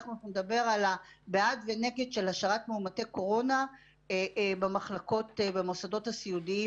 שתכף אנחנו נדבר על בעד ונגד של השארת מאומתי קורונה במוסדות הסיעודיים